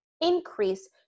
increase